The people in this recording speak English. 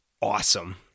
awesome